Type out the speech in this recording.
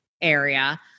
area